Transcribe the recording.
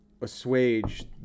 assuage